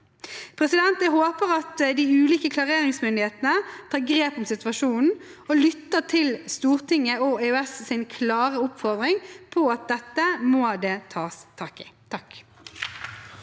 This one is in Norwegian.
Jeg håper at de ulike klareringsmyndighetene tar grep om situasjonen og lytter til Stortinget og EOS’ klare oppfordring om at dette må det tas tak i. Carl